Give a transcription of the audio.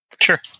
sure